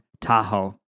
Tahoe